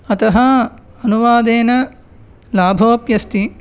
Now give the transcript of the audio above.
अतः अनुवादेन लाभोप्यस्ति